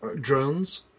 Drones